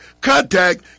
Contact